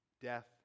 death